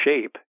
shape